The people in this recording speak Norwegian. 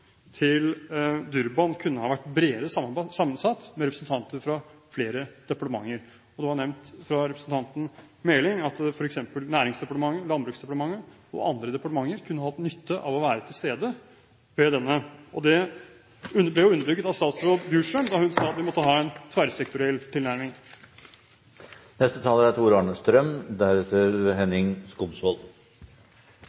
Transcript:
til Durban kunne ha vært bredere sammensatt, med representanter fra flere departementer. Det ble nevnt av representanten Meling at f.eks. Næringsdepartementet, Landbruksdepartementet og andre departementer kunne hatt nytte av å være til stede. Det ble underbygget av statsråd Bjurstrøm, for hun sa at vi måtte ha en tverrsektoriell tilnærming. Regjeringens mål for petroleumsvirksomheten er